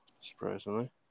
Surprisingly